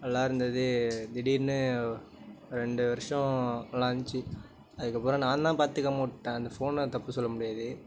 நல்லா இருந்தது திடீர்னு ரெண்டு வருஷம் நல்லாந்துச்சி அதுக்கப்புறம் நான் தான் பார்த்துக்காம விட்டேன் அந்த ஃபோனை தப்பு சொல்ல முடியாது